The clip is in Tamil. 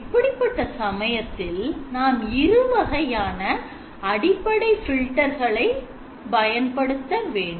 இப்படிப்பட்ட சமயத்தில் நாம் இருவகையான அடிப்படை filter கலை பயன்படுத்த வேண்டும்